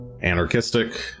anarchistic